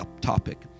topic